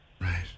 Right